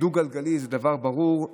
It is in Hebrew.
דו-גלגלי זה דבר ברור,